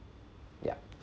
yup